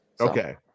okay